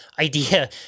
idea